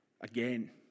Again